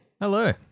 Hello